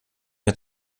mir